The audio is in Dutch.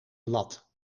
lat